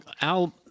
Al